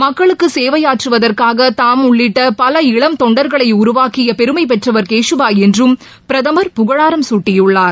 மக்களுக்குசேவையாற்றுவதற்காகதாம் உள்ளிட்டபல இளம் தொண்டர்களைஉருவாக்கியபெருமைபெற்றவர் கேஷூபாய் என்றும் பிரதமர் புகழாரம் சூட்டியுள்ளார்